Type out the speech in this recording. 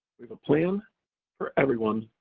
we have a plan for everyone,